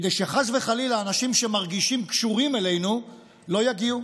כדי שחס וחלילה אנשים שמרגישים קשורים אלינו לא יגיעו.